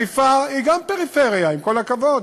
חיפה גם היא פריפריה, עם כל הכבוד.